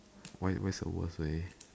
what what what is the worst way